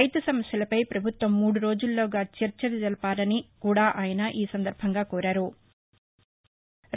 రైతు సమస్యలపై పభుత్వం మూడు రోజుల్లోగా చర్చలు జరపాలని కూడా ఆయన కోరారు